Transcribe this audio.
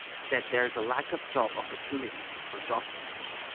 said there is a lack of job opportunities for job seekers.